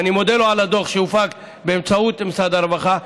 ואני מודה לו על הדוח שהופק באמצעות משרד הרווחה.